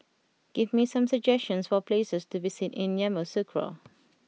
give me some suggestions for places to visit in Yamoussoukro